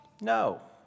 No